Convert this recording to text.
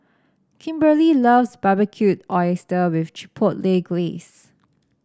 Kimberly loves Barbecued Oyster with Chipotle Glaze